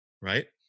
right